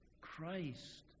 Christ